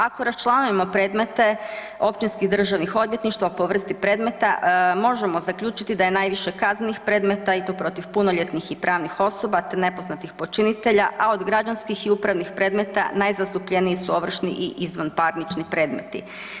Ako raščlanjujemo predmete općinskih državnih odvjetništava po vrsti predmeta možemo zaključiti da je najviše kaznenih predmeta i to protiv punoljetnih i pravnih osoba te nepoznatih počinitelja, a od građanskih i upravnih predmeta najzastupljeniji su ovršni i izvanparnični predmeti.